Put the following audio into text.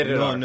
no